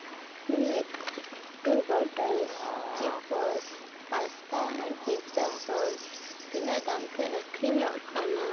ᱱᱤᱛ two bottles ᱪᱤᱯᱵᱚᱥ pasta and pizza sauce ᱛᱤᱱᱟᱹᱜ ᱫᱟᱢ ᱛᱮ ᱟᱹᱠᱷᱤᱧᱚᱜ ᱠᱟᱱᱟ